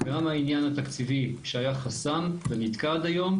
ועל העניין התקציבי שהיה חסם ונתקע עד היום,